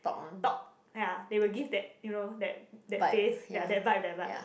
talk ya they will give that you know that that face ya that vibe that vibe